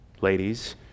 ladies